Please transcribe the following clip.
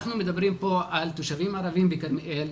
אנחנו מדברים פה על תושבים ערבים בכרמיאל,